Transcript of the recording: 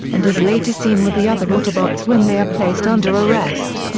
and is later seen with the other autobots when they are placed under arrest.